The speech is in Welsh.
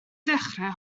ddechrau